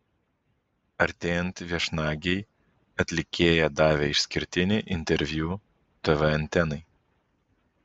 artėjant viešnagei atlikėja davė išskirtinį interviu tv antenai